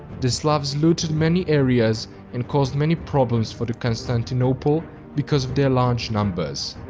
the slavs looted many areas and caused many problems for constantinople because of their large numbers.